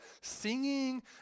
singing